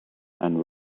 and